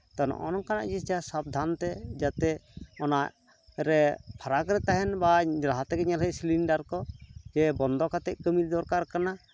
ᱛᱳ ᱱᱚᱜᱼᱱᱚᱝᱠᱟᱱᱟᱜ ᱡᱤᱱᱤᱥ ᱡᱟᱦᱟᱸ ᱥᱟᱵᱫᱷᱟᱱ ᱛᱮ ᱡᱟᱛᱮ ᱚᱱᱟᱨᱮ ᱯᱷᱟᱨᱟᱠ ᱨᱮ ᱛᱟᱦᱮᱱ ᱵᱟ ᱞᱟᱦᱟ ᱛᱮᱜᱮ ᱧᱮᱞ ᱦᱩᱭᱩᱜ ᱥᱤᱞᱤᱱᱰᱟᱨ ᱠᱚᱜᱮ ᱵᱚᱱᱫᱚ ᱠᱟᱛᱮᱜ ᱠᱟᱹᱢᱤ ᱫᱚᱨᱠᱟᱨ ᱠᱟᱱᱟ